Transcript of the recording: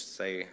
say